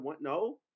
No